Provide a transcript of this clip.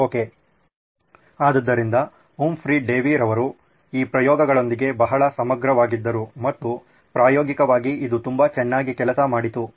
okay ಆದ್ದರಿಂದ Humphry Davy ರವರು ಈ ಪ್ರಯೋಗಗಳೊಂದಿಗೆ ಬಹಳ ಸಮಗ್ರವಾಗಿದ್ದರು ಮತ್ತು ಪ್ರಾಯೋಗಿಕವಾಗಿ ಇದು ತುಂಬಾ ಚೆನ್ನಾಗಿ ಕೆಲಸ ಮಾಡಿತು